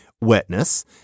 wetness